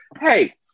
Hey